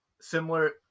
similar